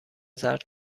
زرد